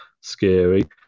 scary